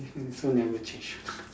you also never change